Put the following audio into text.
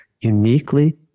uniquely